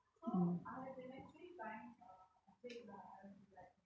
mm